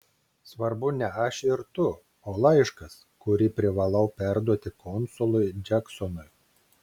svarbu ne aš ir tu o laiškas kurį privalau perduoti konsului džeksonui